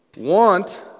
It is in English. want